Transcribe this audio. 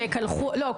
לא,